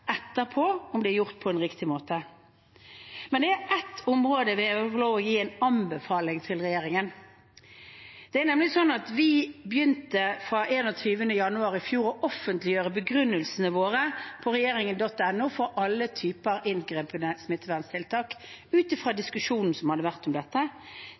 om det er gjort på riktig måte. Men det er ett område hvor jeg vil få lov til å gi en anbefaling til regjeringen. Det er nemlig slik at vi fra 21. januar i fjor begynte å offentliggjøre begrunnelsene våre på regjeringen.no for alle typer inngripende smitteverntiltak ut fra diskusjonen som hadde vært om dette.